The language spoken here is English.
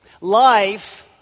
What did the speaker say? Life